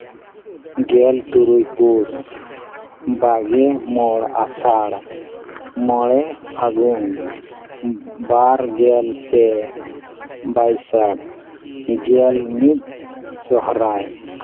ᱜᱮᱞ ᱛᱩᱨᱩᱭ ᱯᱩᱥ ᱵᱟᱜᱮ ᱢᱚᱬ ᱟᱥᱟᱲ ᱢᱚᱬᱮ ᱯᱷᱟᱹᱜᱩᱱ ᱵᱟᱨᱜᱮᱞ ᱯᱮ ᱵᱟᱹᱭᱥᱟᱹᱠᱷ ᱜᱮᱞ ᱢᱤᱫ ᱥᱚᱦᱨᱟᱭ